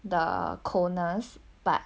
the corners but